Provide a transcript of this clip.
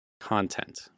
content